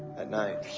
at night.